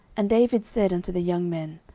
and david said unto the young men,